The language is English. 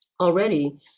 Already